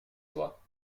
toi